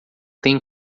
têm